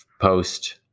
post